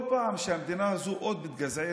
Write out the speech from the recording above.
כל פעם שהמדינה הזו מתגזענת